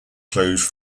closed